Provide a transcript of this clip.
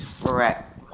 Correct